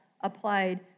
applied